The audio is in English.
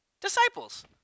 Disciples